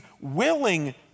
willing